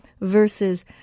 versus